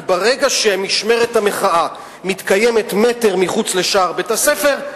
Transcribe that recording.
כי ברגע שמשמרת המחאה מתקיימת מטר מחוץ לשער בית-הספר,